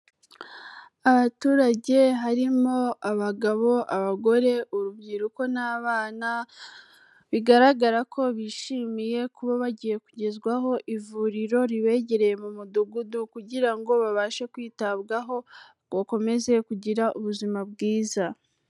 Abaturage harimo abagabo, abagore, urubyiruko n'abana, bigaragara ko bishimiye kuba bagiye kugezwaho ivuriro, ribegereye mu mudugudu, kugira ngo babashe kwitabwaho, bakomeze kugira ubuzima bwiza.